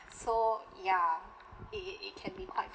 so ya it it it can be quite